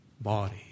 body